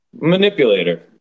manipulator